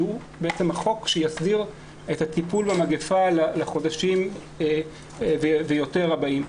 שהוא החוק שיסדיר את הטיפול במגפה לחודשים ויותר הבאים,